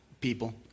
people